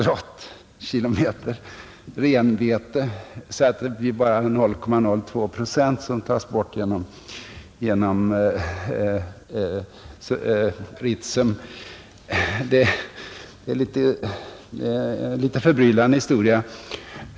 renbeten — och särskilt uppgiften att bara 0,02 procent skärs bort genom regleringen i Ritsem — är verkligen litet förbryllande.